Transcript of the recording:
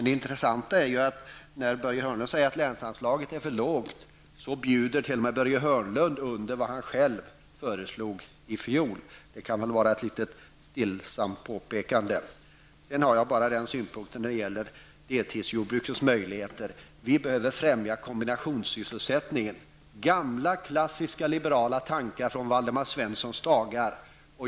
Det intressanta är att när Börje Hörnlund säger att länsanslaget är för lågt så bjuder t.o.m. Börje Hörnlund under vad han själv föreslog i fjol. Det kan vara ett litet stillsamt påpekande. När det gäller deltidsjordbrukets möjligheter tycker jag att vi behöver främja kombinationssysselsättningen, gamla klassiska liberala tankar från Waldemar Svenssons dagar.